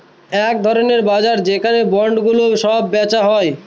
এক ধরনের বাজার যেখানে বন্ডগুলো সব বেচা হয়